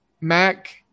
Mac